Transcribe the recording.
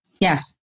Yes